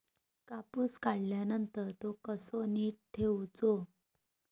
कापूस काढल्यानंतर तो कसो नीट ठेवूचो?